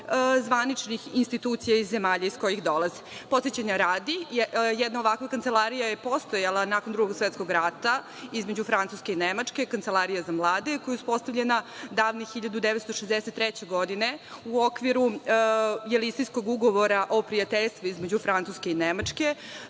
zvaničnih institucija iz zemalja iz kojih dolaze. Podsećanja radi, jedna ovakva kancelarija je postojala nakon Drugog svetskog rata između Francuske i Nemačke, Kancelarija za mlade koja je uspostavljena davne 1963. godine u okviru Jelisejskog ugovora o prijateljstvu između Francuske i Nemačke.